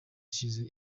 ishize